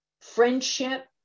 friendship